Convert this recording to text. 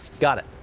got it.